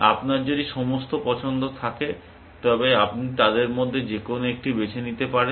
আপনার যদি সমস্ত পছন্দ থাকে তবে আপনি তাদের মধ্যে যেকোনো একটি বেছে নিতে পারেন